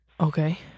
Okay